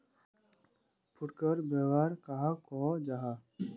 फुटकर व्यापार कहाक को जाहा?